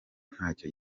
ntaco